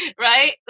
right